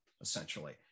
essentially